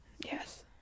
Yes